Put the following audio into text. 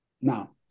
now